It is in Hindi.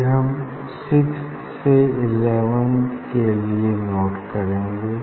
फिर हम सिक्स्थ से इलेवेंथ के लिए नोट करेंगे